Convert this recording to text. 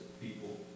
people